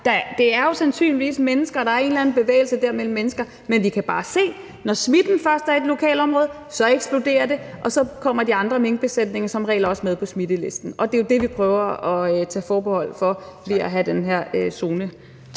Det er jo sandsynligvis på grund af mennesker, for der er en eller anden bevægelse dér mellem mennesker. Men vi kan jo bare se, at når smitten først er i et lokalområde, så eksploderer det, og så kommer de andre minkbesætninger som regel også med på smittelisten, og det er jo det, vi prøver at tage forbehold for ved at have den her zone.